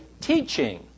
teaching